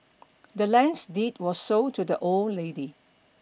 the land's deed were sold to the old lady